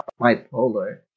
bipolar